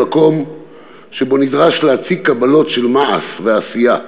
אני מגיע ממקום שבו נדרש להציג קבלות של מעש ועשייה,